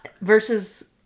Versus